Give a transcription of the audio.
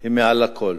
היא מעל לכול.